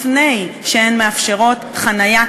לפני שהן מאפשרות חניה,